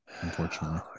Unfortunately